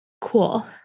cool